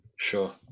Sure